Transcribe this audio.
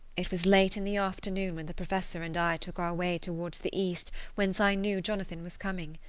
it was late in the afternoon when the professor and i took our way towards the east whence i knew jonathan was coming.